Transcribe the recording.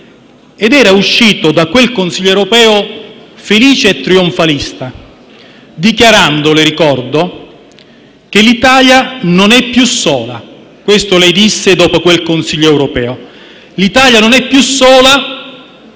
lei era uscito da quel Consiglio europeo felice e trionfalista, dichiarando: «L'Italia non è più sola». Questo disse dopo quel Consiglio europeo: l'Italia non era più sola